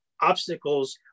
obstacles